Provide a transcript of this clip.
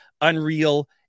unreal